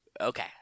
okay